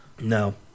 No